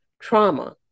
trauma